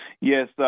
Yes